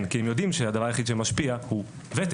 כי הם יודעים שהדבר היחיד שמשפיע הוא ותק.